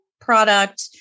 product